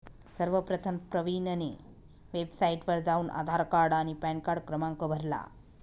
सर्वप्रथम प्रवीणने वेबसाइटवर जाऊन आधार कार्ड आणि पॅनकार्ड क्रमांक भरला